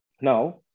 Now